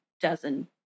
dozen